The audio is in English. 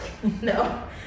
No